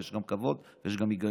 ויש לכם כבוד ויש גם היגיון.